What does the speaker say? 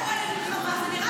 מה זה משנה?